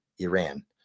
iran